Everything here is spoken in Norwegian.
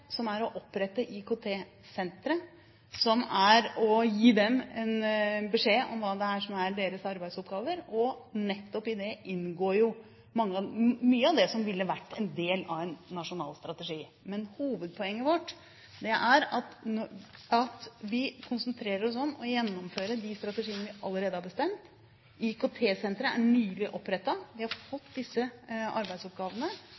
som er å opprette IKT-senteret, som er å gi dem beskjed om hva som er deres arbeidsoppgaver. Nettopp i det inngår mye av det som ville vært en del av en nasjonal strategi. Men hovedpoenget vårt er at vi konsentrerer oss om å gjennomføre de strategiene vi allerede har bestemt. IKT-senteret er nylig opprettet. De har